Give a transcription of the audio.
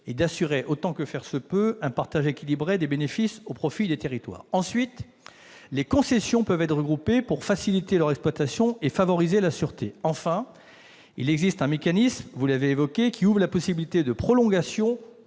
et d'assurer, autant que faire se peut, un partage équilibré des bénéfices au profit des territoires. En outre, les concessions peuvent être regroupées pour faciliter leur exploitation et favoriser la sûreté. Enfin, il existe un mécanisme- vous l'avez évoqué, monsieur le sénateur -qui ouvre la possibilité d'une prolongation